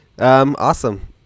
Awesome